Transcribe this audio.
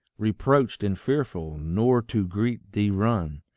reproached and fearful, nor to greet thee run?